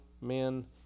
men